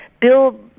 Bill